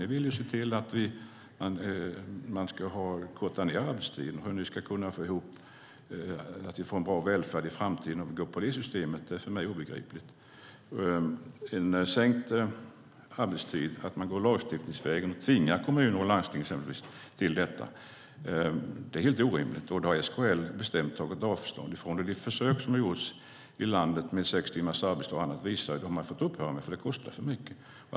Ni vill att man ska korta ned arbetstiden, och hur ni ska kunna få ihop det systemet med en bra välfärd i framtiden är för mig obegripligt. Att lagstiftningsvägen tvinga exempelvis kommuner och landsting till en sänkt arbetstid är helt orimligt. Det har SKL bestämt tagit avstånd ifrån. De försök som har gjorts i landet med sex timmars arbetsdag har man fått upphöra med, för det kostar för mycket.